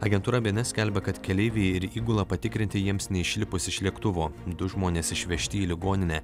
agentūra bns skelbia kad keleiviai ir įgula patikrinti jiems neišlipus iš lėktuvo du žmonės išvežti į ligoninę